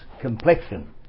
complexion